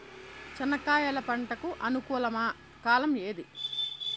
చెనక్కాయలు పంట కు అనుకూలమా కాలం ఏది?